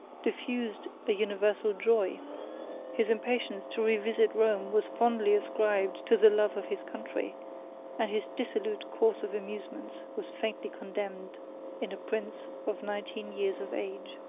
diffused a universal joy his impatience to revisit rome was fondly ascribed to the love of his country and his dissolute course of amusements was faintly condemned in a prince of nineteen years of age.